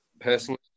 Personally